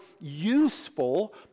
useful